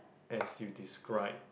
as you describe